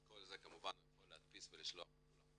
את כל זה כמובן הוא יכול להדפיס ושלוח לכולם.